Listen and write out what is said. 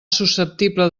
susceptible